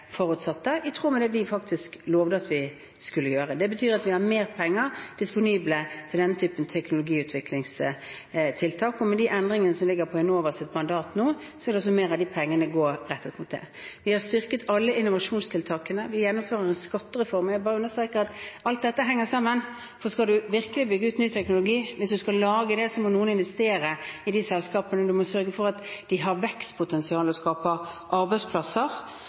forutsatte, i tråd med det vi faktisk lovet vi skulle gjøre. Det betyr at vi har mer penger disponibelt til denne typen teknologiutviklingstiltak. Med de endringene som ligger i Enovas mandat nå, vil mer av disse pengene være rettet mot det. Vi har styrket alle innovasjonstiltakene, og vi gjennomfører en skattereform. Jeg vil bare understreke at alt dette henger sammen. For hvis man skal virkelig bygge ut ny teknologi, hvis man skal lage ny teknologi, må noen investere i de selskapene. Man må sørge for at de har vekstpotensial og skaper arbeidsplasser.